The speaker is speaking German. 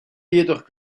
jedoch